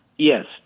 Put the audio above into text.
Yes